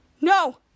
No